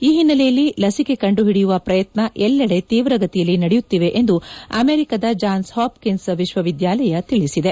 ಈ ಹಿನ್ನೆಲೆಯಲ್ಲಿ ಲಶಿಕೆ ಕಂಡುಹಿಡಿಯುವ ಪ್ರಯತ್ನ ಎಲ್ಲೆಡೆ ಶೀವ್ರಗತಿಯಲ್ಲಿ ನಡೆಯುತ್ತಿವೆ ಎಂದು ಅಮೆರಿಕದ ಜಾನ್ಸ್ ಹಾಪ್ಕಿನ್ಸ್ ವಿಶ್ವವಿದ್ಯಾಲಯ ತಿಳಿಸಿದೆ